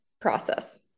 process